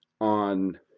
on